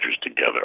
together